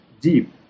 deep